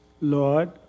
Lord